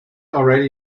already